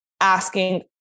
asking